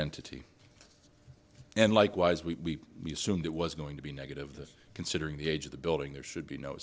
entity and likewise we assumed it was going to be negative that considering the age of the building there should be no